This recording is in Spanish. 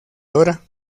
dra